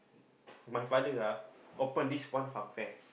my father ah open this one fun fair